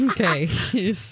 Okay